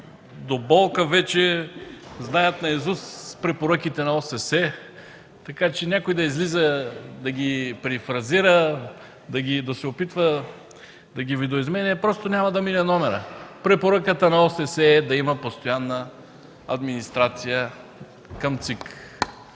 до болка вече знаят наизуст препоръките на ОССЕ, така че някой да излиза да ги перифразира, да се опитва да ги видоизменя, просто няма да мине номерът. Препоръката на ОССЕ е да има постоянна администрация към ЦИК.